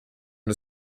und